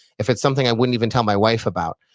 if it's something i wouldn't even tell my wife about,